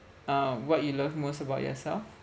uh what you love most about yourself